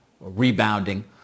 rebounding